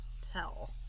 tell